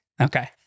Okay